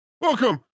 welcome